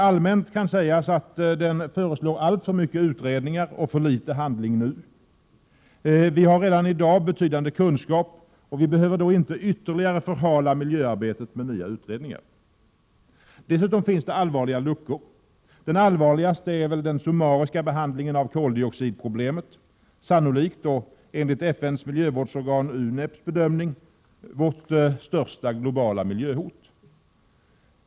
Allmänt kan sägas att det i propositionen föreslås alltför mycket utredningar och för litet handling nu. Vi har redan i dag betydande kunskaper, och vi behöver inte ytterligare förhala miljöarbetet med nya utredningar. Dessutom finns allvarliga luckor. Den allvarligaste är väl att koldioxidproblemet behandlas summariskt. Det är sannolikt, och enligt FN:s miljövårdsorgan UNEP:s bedömning, vårt största globala miljöhot.